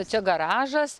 čia garažas